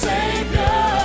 Savior